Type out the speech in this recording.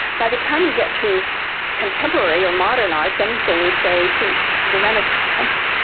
by the time you get to contemporary or modern arts, anything say since the renaissance,